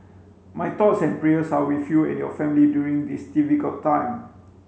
my thoughts and prayers are with you and your family during this difficult time